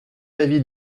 avis